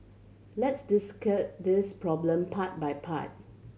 let's this problem part by part